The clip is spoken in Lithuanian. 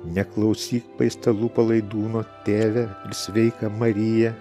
neklausyk paistalų palaidūno tėve ir sveika marija